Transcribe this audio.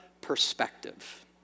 perspective